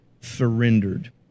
surrendered